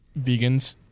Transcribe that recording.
vegans